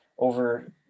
over